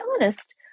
honest